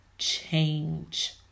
Change